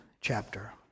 chapter